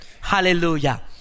Hallelujah